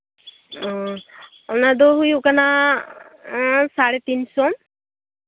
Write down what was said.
ᱚᱸᱻ ᱚᱱᱟᱫᱚ ᱦᱩᱭᱩᱜ ᱠᱟᱱᱟ ᱥᱟᱲᱮ ᱛᱤᱱᱥᱚ